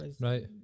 Right